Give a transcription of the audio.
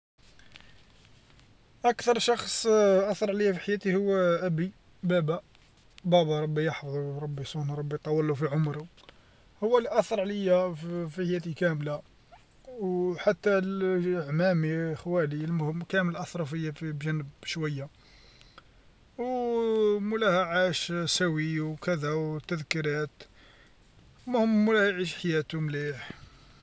أكثر شخص أثر علي في حياتي هو أبي، بابا، بابا ربي يحفظو وربي يصونو وربي يطولو في عمرو، هو اللي أثر عليا ف- في حياتي كامله، وحتى عمامي خوالي المهم كامل أثرو فيا بج- بجنب بشويه، و مولاها عاش سوي وكذا وتذكيرات، المهم مولاها يعيش حياتو مليح.